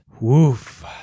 Woof